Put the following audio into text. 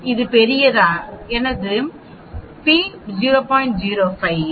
அது பெரியது எனவே நாம் p 0